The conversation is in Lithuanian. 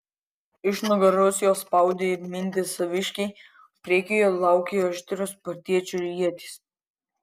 iš nugaros juos spaudė ir mindė saviškiai o priekyje laukė aštrios spartiečių ietys